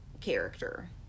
character